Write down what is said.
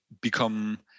become